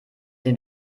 dem